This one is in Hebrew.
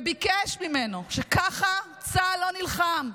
וביקש ממנו, ככה צה"ל לא נלחם: